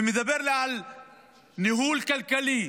ומדבר על ניהול כלכלי.